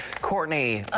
courtney,